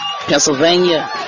Pennsylvania